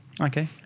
Okay